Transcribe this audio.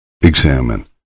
Examine